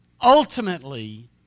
Ultimately